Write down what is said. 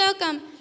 welcome